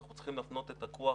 אנחנו צריכים להפנות את הכוח